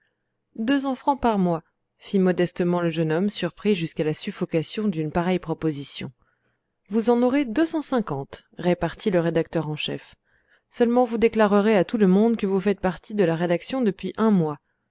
cents francs par mois fit modestement le jeune homme surpris jusqu'à la suffocation d'une pareille proposition vous en aurez deux cent cinquante repartit le rédacteur en chef seulement vous déclarerez à tout le monde que vous faites partie de la rédaction depuis un mois